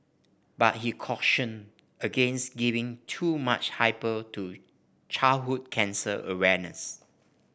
but he cautioned against giving too much hype to childhood cancer awareness